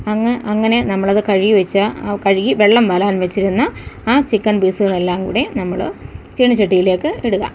അങ്ങനെ നമ്മളത് കഴുകി വച്ച ആ കഴുകി വെള്ളം വാരാൻ വച്ചിരുന്ന ആ ചിക്കൻ പീസുകളെല്ലാം കൂടി നമ്മൾ ചീനച്ചട്ടിയിലേക്ക് ഇടുക